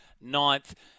ninth